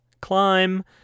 Climb